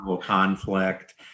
conflict